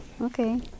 Okay